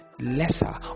lesser